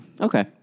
Okay